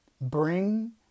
bring